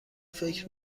فکر